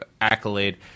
accolade